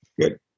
Good